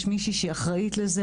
יש מישהי שהיא אחראית לזה,